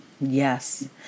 Yes